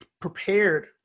prepared